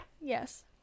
Yes